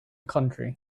country